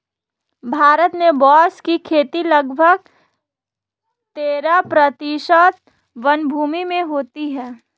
भारत में बाँस की खेती लगभग तेरह प्रतिशत वनभूमि में होती है